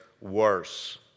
worse